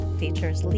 features